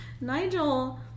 Nigel